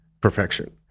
perfection